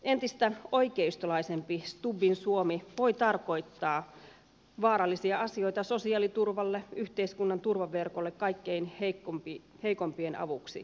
entistä oikeistolaisempi stubbin suomi voi tarkoittaa vaarallisia asioita sosiaaliturvalle yhteiskunnan turvaverkolle kaikkein heikoimpien avuksi